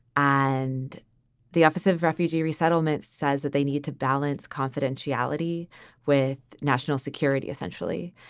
and the office of refugee resettlement says that they need to balance confidentiality with national security, essentially.